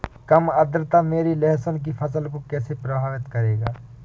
कम आर्द्रता मेरी लहसुन की फसल को कैसे प्रभावित करेगा?